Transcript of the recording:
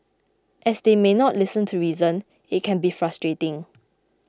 as they may not listen to reason it can be frustrating